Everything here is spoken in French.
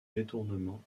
détournement